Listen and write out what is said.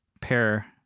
pair